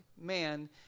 man